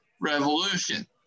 Revolution